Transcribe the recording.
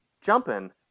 jumping